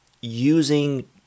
using